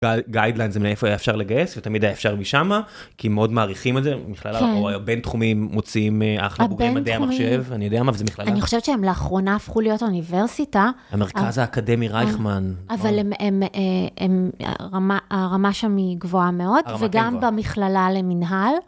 גיידלינדס זה מאיפה היה אפשר לגייס, ותמיד היה אפשר משמה, כי הם מאוד מעריכים את זה, בין תחומים מוצאים אחלה בוגרים מדעי המחשב, אני יודע מה זה בכלל. אני חושבת שהם לאחרונה הפכו להיות אוניברסיטה. המרכז האקדמי רייכמן. אבל הרמה שם היא גבוהה מאוד, וגם במכללה למנהל.